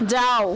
যাও